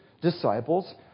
disciples